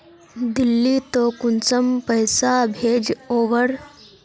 दिल्ली त कुंसम पैसा भेज ओवर?